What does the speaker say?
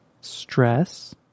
stress